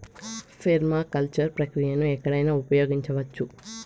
permaculture ప్రక్రియను ఎక్కడైనా ఉపయోగించవచ్చు